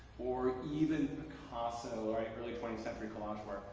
or even picasso or early twentieth century collage work.